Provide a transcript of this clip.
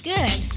Good